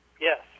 Yes